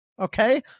Okay